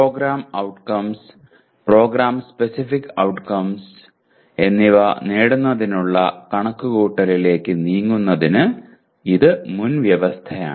programme outcomes programme specific outcomes എന്നിവ നേടുന്നതിനുള്ള കണക്കുകൂട്ടലിലേക്ക് നീങ്ങുന്നതിന് അത് മുൻവ്യവസ്ഥയാണ്